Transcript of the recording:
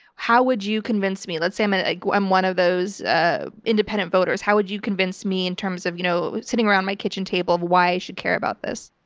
how would you convince me? let's say i'm and i'm one of those ah independent voters. how would you convince me in terms of you know sitting around my kitchen table of why i should care about this?